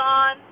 on